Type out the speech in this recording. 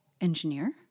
engineer